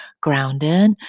grounded